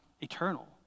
eternal